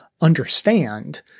understand